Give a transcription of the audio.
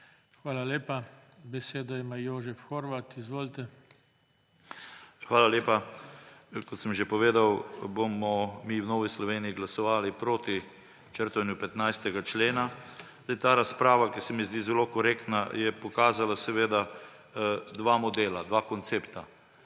Hvala lepa. Besedo ima Jožef Horvat. Izvolite. **JOŽEF HORVAT (PS NSi):** Hvala lepa. Kot sem že povedal, bomo v Novi Sloveniji glasovali proti črtanju 15. člena. Ta razprava, ki se mi zdi zelo korektna, je pokazala dva modela, dva koncepta.